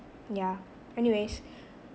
yeah anyways